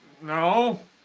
No